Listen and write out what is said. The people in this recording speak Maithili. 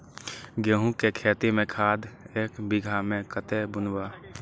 गेंहू के खेती में खाद ऐक बीघा में कते बुनब?